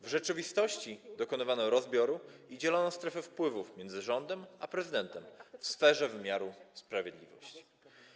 W rzeczywistości dokonywano rozbioru i dzielono strefy wpływów między rząd a prezydenta w sferze wymiaru sprawiedliwości.